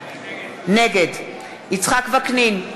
נגד יצחק וקנין,